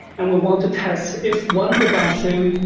and we'll want to test if one of the downstream,